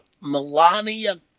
Melania